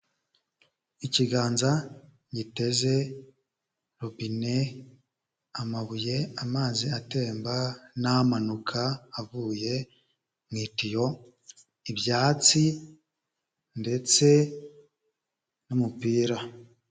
Ikiganza giteze robine amabuye, amazi atemba n'amanuka avuye mu itiyo ibyatsi ndetse n'umupira.